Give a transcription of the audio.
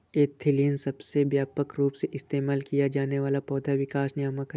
ethylene सबसे व्यापक रूप से इस्तेमाल किया जाने वाला पौधा विकास नियामक है